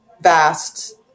vast